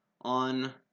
on